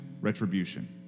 retribution